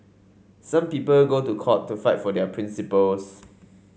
some people go to court to fight for their principles